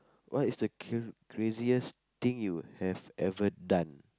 what is the cr~ craziest thing you have ever done